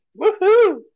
Woohoo